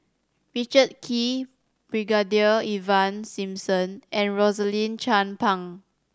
Richard Kee Brigadier Ivan Simson and Rosaline Chan Pang